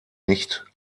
nicht